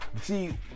see